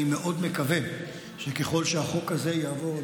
אני מאוד מקווה שככל שהחוק הזה יעבור,